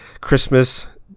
Christmas